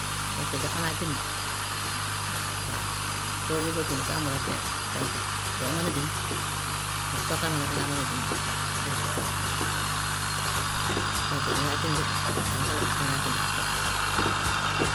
pensil de xanaa bind waaw, soo bugg a bind te amuloo pen pensil doo mën a bind, waa soo ko amee nag si ngaa mën a bind, bind lu correct pensil dangay bind anglais, dangay bind alxuraan.